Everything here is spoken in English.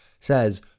says